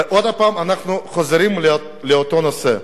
עוד פעם אנחנו חוזרים לאותו נושא.